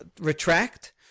retract